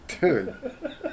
Dude